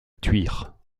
thuir